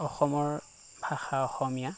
অসমৰ ভাষা অসমীয়া